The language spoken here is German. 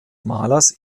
malers